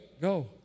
Go